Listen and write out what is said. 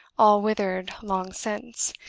all withered long since,